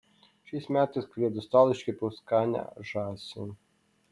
šiais metais kalėdų stalui iškepiau skanią žąsį